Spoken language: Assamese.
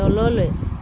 তললৈ